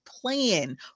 plan